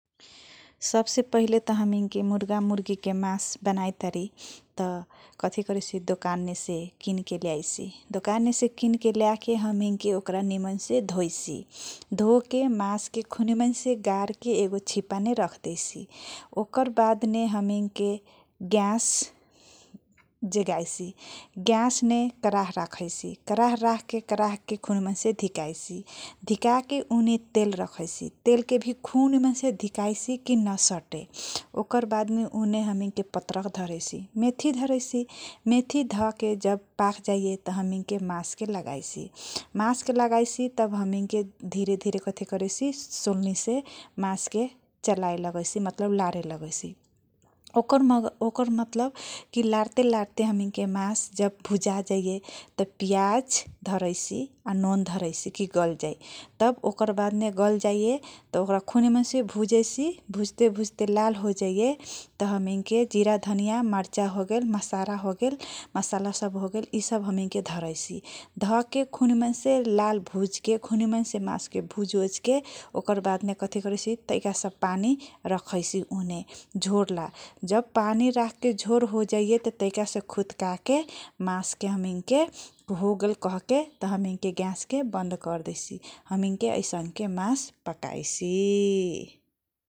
सब से पहिले त हमीके के कहती करैसी दोकन मे किन के लेआईसी । किन के लेय के ओकर निमन से ढईसी धोके ओकर निमन से गर देसी गर के । ओकर बाद मे मे हमैके गैस बरैसी कर रकह के निमन से धिकाईसी दिकके उ ने । तेल रखाईसी तेल के वी निमन से धिकाईसी उ मे न सती ओकरबाद मे उने हमीके पतखा महती धरैसी । मेथी ढके जब पकंजाइया के मास के धरैसी तब हमीके ढेरे ढेरे सोलनी के चलाया लगैसी मतलब लारे लगैसी । ओकर मतलब जब लरते लरते जब मास जब वउजाइया तब पियज धरैसी नॉन धरसी त की गल जाई । तब ओकर बाद मे गल जी ततब ओकर खूब निमन से वउजाइयसी त वउजजाइया त हमैके जीरा धनिया मसाला सब होगेल ए सब हमीके के धरसी खूब निमन से वउजकी ओकर बाद हमीके पनि रकहाइसी जब पनि । रखे के झोर होजई त त तनक खुद टाइके से खुदकके होगेल त बंद कार्डेक्सई ।